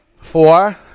Four